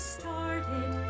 started